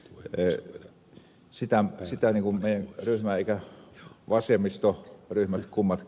mutta sitä ei meidän ryhmämme eikä kumpikaan vasemmistoryhmä hyväksynyt